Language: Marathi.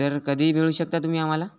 तर कधी भेटू शकता तुम्ही आम्हाला